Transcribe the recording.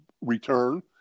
return